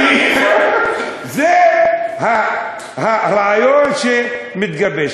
זה הרעיון שמתגבש.